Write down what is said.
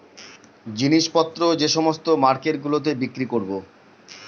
জিনিস পত্র যে সমস্ত মার্কেট গুলোতে বিক্রি করবো